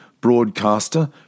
broadcaster